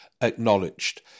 acknowledged